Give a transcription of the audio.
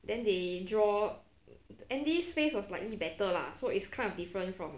then they draw andy face was slightly better lah so it's kind of different from